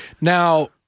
Now